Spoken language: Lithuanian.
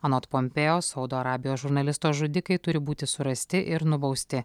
anot pompėjo saudo arabijos žurnalisto žudikai turi būti surasti ir nubausti